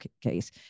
case